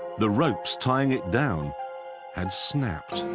the ropes tying it down had snapped.